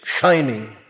shining